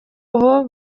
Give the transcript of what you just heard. ubu